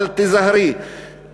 אבל תיזהרי,